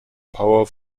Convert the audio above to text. power